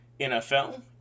NFL